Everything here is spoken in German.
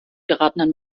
geratenen